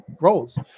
roles